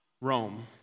Rome